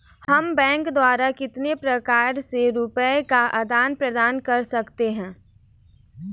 हम बैंक द्वारा कितने प्रकार से रुपये का आदान प्रदान कर सकते हैं?